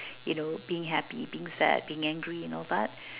you know being happy being sad being angry and all that